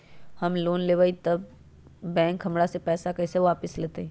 हम लोन लेलेबाई तब बैंक हमरा से पैसा कइसे वापिस लेतई?